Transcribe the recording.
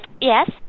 Yes